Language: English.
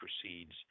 proceeds